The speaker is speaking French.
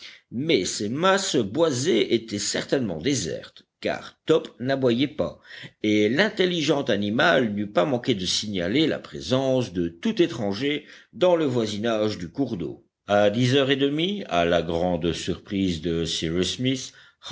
mais ces masses boisées étaient certainement désertes car top n'aboyait pas et l'intelligent animal n'eût pas manqué de signaler la présence de tout étranger dans le voisinage du cours d'eau à dix heures et demie à la grande surprise de cyrus smith